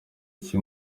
iki